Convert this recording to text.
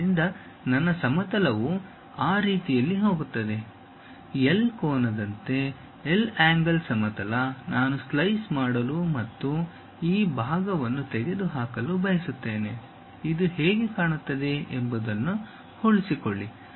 ಆದ್ದರಿಂದ ನನ್ನ ಸಮತಲವು ಆ ರೀತಿಯಲ್ಲಿ ಹೋಗುತ್ತದೆ ಎಲ್ ಕೋನದಂತೆ ಎಲ್ ಆಂಗಲ್ ಸಮತಲ ನಾನು ಸ್ಲೈಸ್ ಮಾಡಲು ಮತ್ತು ಈ ಭಾಗವನ್ನು ತೆಗೆದುಹಾಕಲು ಬಯಸುತ್ತೇನೆ ಇದು ಹೇಗೆ ಕಾಣುತ್ತದೆ ಎಂಬುದನ್ನು ಉಳಿಸಿಕೊಳ್ಳಿ